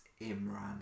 Imran